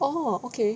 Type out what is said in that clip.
oh okay